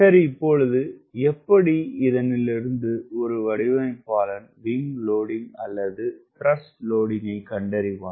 சரி இப்பொழுது எப்படி இதனிலிருந்து ஒரு வடிவமைப்பாளன் விங்க் லோடிங்க் அல்லது த்ரஸ்ட் லோடிங்கினை கண்டறிவான்